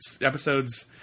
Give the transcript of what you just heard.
episodes